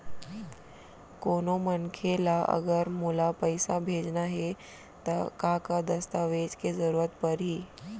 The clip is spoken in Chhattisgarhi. कोनो मनखे ला अगर मोला पइसा भेजना हे ता का का दस्तावेज के जरूरत परही??